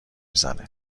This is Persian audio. زنه